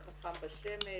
ל'חכם בשמש',